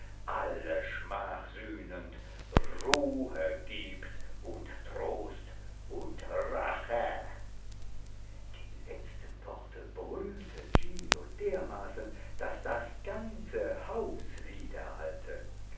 alle schmach sühnend ruhe gibt und trost und rache die letzten worte brüllte giglio dermaßen daß das ganze haus